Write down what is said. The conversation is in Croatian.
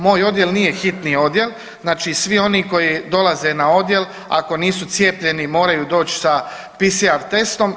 Moj odjel nije hitni odjel, znači svi oni koji dolaze na odjel ako nisu cijepljeni moraju doć sa PCR testom.